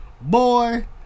Boy